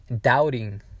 doubting